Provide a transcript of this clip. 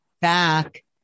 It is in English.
back